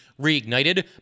reignited